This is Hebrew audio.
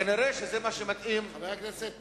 כנראה זה מה שמתאים, חבר הכנסת ברכה,